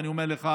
ואני אומר לך,